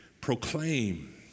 proclaim